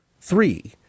Three